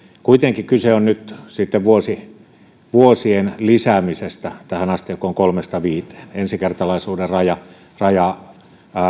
kuitenkin kyse on nyt vuosien lisäämisestä tähän asteikkoon kolmesta viiteen ensikertalaisuuden raja raja